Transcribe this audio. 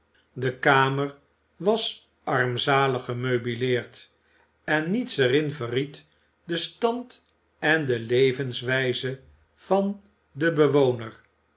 de kamer was armzalig gemeubileerd en niets er in verried den stand en de levenswijze van den bewoner